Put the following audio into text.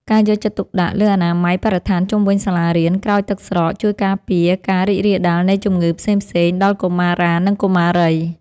ការយកចិត្តទុកដាក់លើអនាម័យបរិស្ថានជុំវិញសាលារៀនក្រោយទឹកស្រក ជួយការពារការរីករាលដាលនៃជំងឺផ្សេងៗដល់កុមារានិងកុមារី។